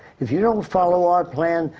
if you don't follow our plan,